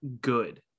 good